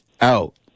out